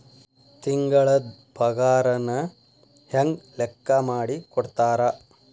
ತಿಂಗಳದ್ ಪಾಗಾರನ ಹೆಂಗ್ ಲೆಕ್ಕಾ ಮಾಡಿ ಕೊಡ್ತಾರಾ